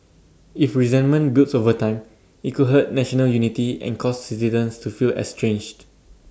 if resentment builds over time IT could hurt national unity and cause citizens to feel estranged